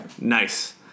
Nice